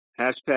Hashtag